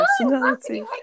personality